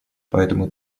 поэтому